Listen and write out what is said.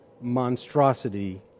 monstrosity